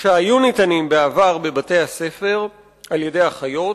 שניתנו בעבר בבתי-הספר על-ידי אחיות